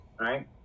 right